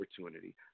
opportunity